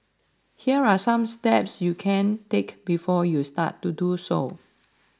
here are some steps you can take before you start to do so